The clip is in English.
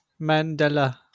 Mandela